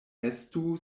estu